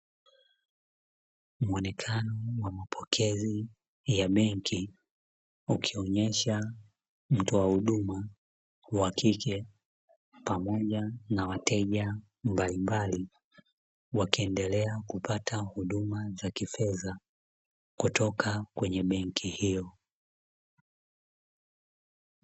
Muonekano wa mapokezi ya benki ukionesha mtoa huduma wakike pamoja na wateja mbalimbali wakiendelea kupata huduma za kifedha kutoka kwenye benki hiyo.